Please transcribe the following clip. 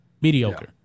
Mediocre